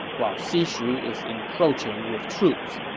while xishu is encroaching with troops,